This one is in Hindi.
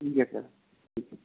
ठीक है सर ठीक है